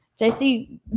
JC